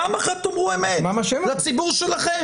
פעם אחת תאמרו אמת, לציבור שלכם.